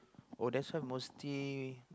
oh that's why mostly